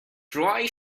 joy